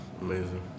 Amazing